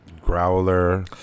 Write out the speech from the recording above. growler